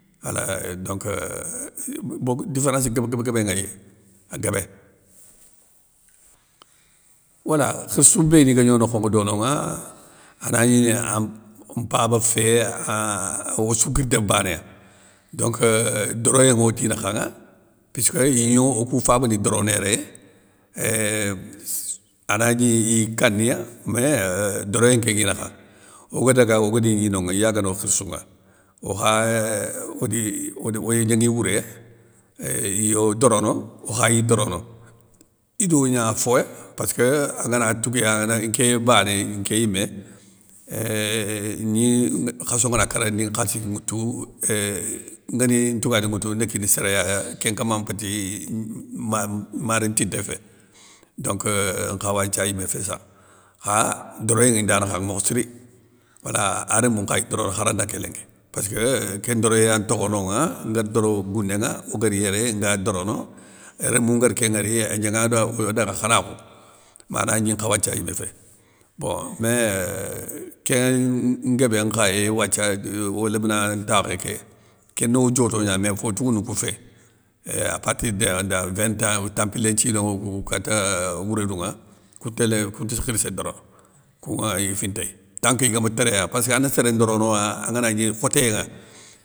Wala euuh donc bogue différence guéb guébé nŋéy, a guébé. Wala khirssou béni gagno nokhonŋa dononŋa anagni am mpaba fé an ossou guir déb bané gna donc doroyé yogo yodinakhanŋa, puisskeu ignokou fabani dorono yéréya, éuuhh anagni iy kaniya mé eeeuuhh doroyé nké nŋi nakha, oga daga oguédi gni nonŋa iya gano khirssouŋa okha odi odi oy gnaŋi wouré ya, éuuuh iyo dorono okha yi dorono ido gna foya passkeu agana tougué agana gni nké bané, nké yimé euuh gni khasso ngana kara ni khalssi nŋwoutou éeeuh nguéni ntougadi nŋwoutou ne kini séréya kén nkama mpéti maré ntinté fé, donc nkhawanthia yimé fé sakh, kha doroyé nŋi da nakha mokhe siri, wala arémou nkha yi ndorono khara nda nké lénki, passkeu, kén ndoroyé yan ntokhe nonŋa nguér doro gounénŋa, ogari yéré nga dorono rémou nguér kén ŋwori agnaŋada kho oyo danŋa khanakhou, mé anagni nkhawanthia yimé fé, bon mé euuh kén nguébé nkha yéy wathia de o léminan ntakhé ké, kéno djoto gna mé fo tougounou kou fé, éuuh a partir de dan vintan ou tampilé nthiono ŋo kou kata wourédouŋa kouténé kounte khirssé dorono, kounŋa i fintéy tanki gama téréya pésskeu ani sérén ndoroa an ganagni khotoyé ŋa.